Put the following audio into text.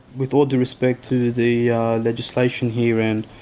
with all due respect to the legislation here, and